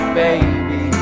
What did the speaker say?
baby